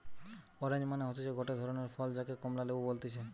orange মানে হতিছে গটে ধরণের ফল যাকে কমলা লেবু বলতিছে